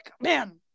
man